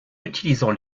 utilisant